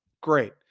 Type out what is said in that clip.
Great